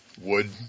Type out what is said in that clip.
wood